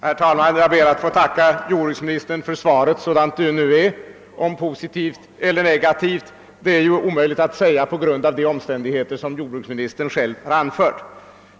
Herr talman! Jag ber att få tacka jordbruksministern för svaret på min fråga, sådant det nu är. Om det är positivt eller negativt är ju omöjligt att säga med hänsyn till de omständigheter jordbruksministern själv har anfört.